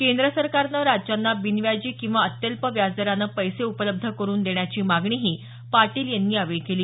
केंद्र सरकारनं राज्यांना बिनव्याजी किंवा अत्यल्प व्याजदरानं पैसे उपलब्ध करून देण्याची मागणीही पाटील यांनी यावेळी केली